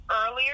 earlier